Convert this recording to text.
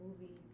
movie